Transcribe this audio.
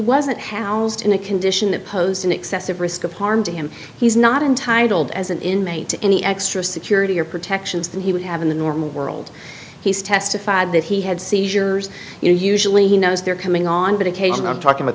wasn't housed in a condition that posed an excessive risk of harm to him he's not entitled as an inmate to any extra security or protections that he would have in the normal world he's testified that he had seizures you know usually he knows they're coming on medication i'm talking about